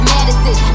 Madison